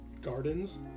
gardens